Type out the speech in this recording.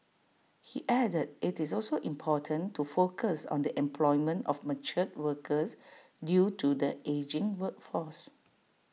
he added IT is also important to focus on the employment of mature workers due to the ageing workforce